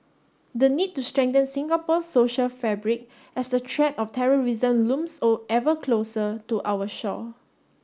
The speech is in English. the need to strengthen Singapore's social fabric as the threat of terrorism looms or ever closer to our shore